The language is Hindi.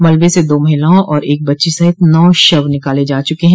मलबे से दो महिलाओं और एक बच्ची सहित नौ षव निकाले जा चुके हैं